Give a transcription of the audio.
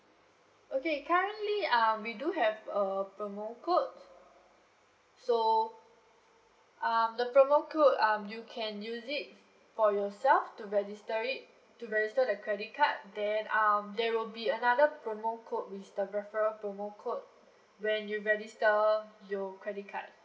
okay currently um we do have a promo code so um the promo code um you can use it for yourself to register it to register the credit card then um there will be another promo code which is the referral promo code when you register your credit card